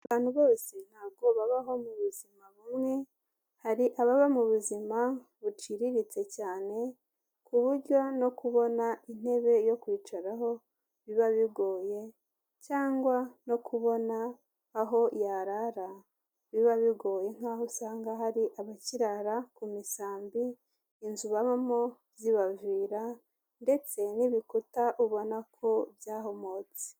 Abantu bose ntabwo babaho mu buzima bumwe, hari ababa mu buzima buciriritse cyane ku buryo no kubona intebe yo kwicaraho biba bigoye cyangwa no kubona aho yarara biba bigoye nk'aho usanga hari abakirara ku misambi, inzu babamo zibavira ndetse n'ibikuta ubona ko byahomotse.